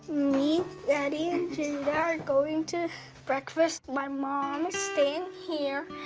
me, daddy and jaida are going to breakfast. my mom is staying here,